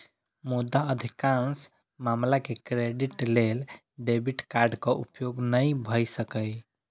मुदा अधिकांश मामला मे क्रेडिट लेल डेबिट कार्डक उपयोग नै भए सकैए